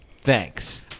thanks